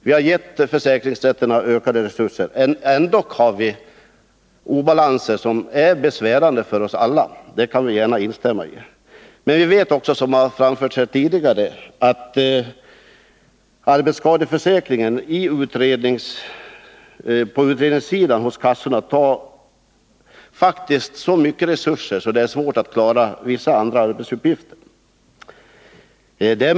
Vi har dock, trots att vi givit försäkringskassorna ökade resurser, obalanser som är besvärande för oss alla. Jag instämmer i att så är förhållandet. Men som har framhållits tidigare här i kammaren tar arbetsskadeförsäkringen faktiskt så mycket av resurser på utredningssidan hos försäkringskassorna att de har svårt att klara vissa andra arbetsuppgifter.